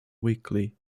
weekly